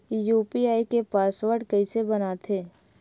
UPI के password कइसे बनाथे?